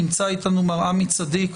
נמצא איתנו מר עמי צדיק,